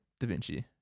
DaVinci